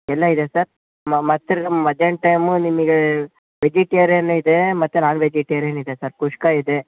ಎಲ್ಲ ಇದೆ ಸರ್ ಮತ್ತೆ ತಿರಗ ಮಧ್ಯಾಹ್ನ ಟೈಮು ನಿಮ್ಗೆ ವೆಜಿಟೇರಿಯನ್ ಇದೆ ಮತ್ತೆ ನಾನ್ ವೆಜಿಟೇರಿಯನ್ ಇದೆ ಸರ್ ಕುಶ್ಕಾ ಇದೆ